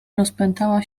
rozpętała